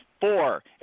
four